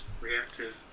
reactive